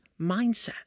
mindset